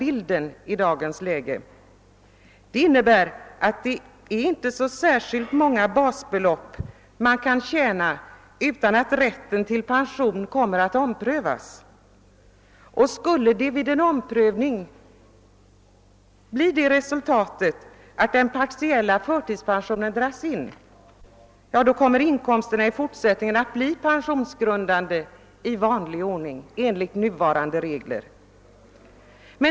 Inkomstens storlek får därför inte uppgå till särskilt många basbelopp utan att rätten till pension omprövas. Skulle vid en omprövning resultatet bli att den partiella förtidspensionen dras in, kommer inkomsterna i fortsättningen att bli pensionsgrundande i vanlig ordning enligt nuvarande regler.